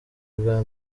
bwa